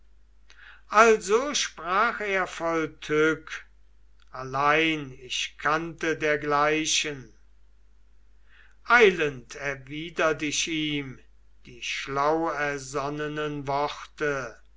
also sprach er voll tück allein ich kannte dergleichen eilend erwidert ich ihm die schlauersonnenen worte